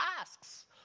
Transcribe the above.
asks